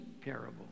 parable